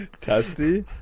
testy